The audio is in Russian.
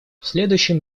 следующем